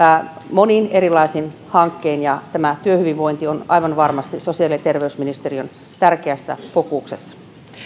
monin erilaisin hankkein ja tämä työhyvinvointi on aivan varmasti sosiaali ja terveysministeriön tärkeässä fokuksessa